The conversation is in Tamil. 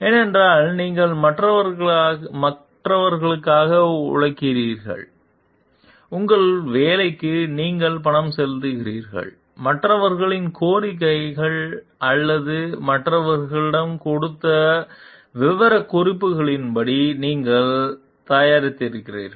ஏனென்றால் நீங்கள் மற்றவர்களுக்காக உழைத்திருக்கிறீர்கள் உங்கள் வேலைக்கு நீங்கள் பணம் செலுத்தியுள்ளீர்கள் மற்றவர்களின் கோரிக்கைகள் அல்லது மற்றவர்கள் கொடுத்த விவரக்குறிப்புகளின்படி நீங்கள் தயாரித்திருக்கிறீர்கள்